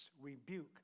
rebuke